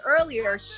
earlier